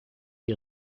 ihr